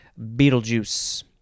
Beetlejuice